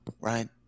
right